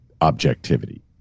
objectivity